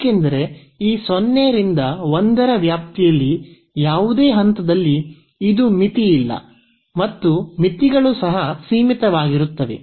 ಏಕೆಂದರೆ ಈ 0 ರಿಂದ 1 ರ ವ್ಯಾಪ್ತಿಯಲ್ಲಿ ಯಾವುದೇ ಹಂತದಲ್ಲಿ ಇದು ಮಿತಿಯಿಲ್ಲ ಮತ್ತು ಮಿತಿಗಳು ಸಹ ಸೀಮಿತವಾಗಿರುತ್ತವೆ